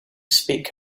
speak